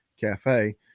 Cafe